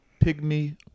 Pygmy